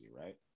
right